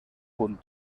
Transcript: punt